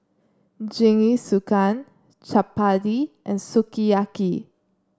Jingisukan Chapati and Sukiyaki